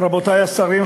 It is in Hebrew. רבותי השרים,